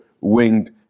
winged